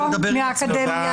אנחנו מהאקדמיה